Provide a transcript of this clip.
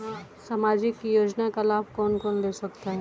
सामाजिक योजना का लाभ कौन कौन ले सकता है?